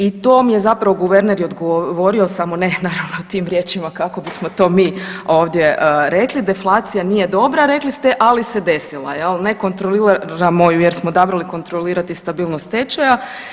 I to mi je zapravo guverner i odgovorio samo ne naravno tim riječima kako bismo to mi ovdje rekli, deflacija nije dobra rekli ste, ali se desila jel, ne kontroliramo ju jer smo odabrali kontrolirati stabilnost tečaja.